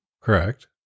Correct